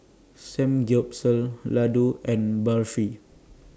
Samgyeopsal Ladoo and Barfi